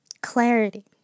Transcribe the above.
clarity